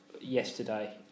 yesterday